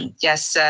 yes,